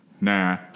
Nah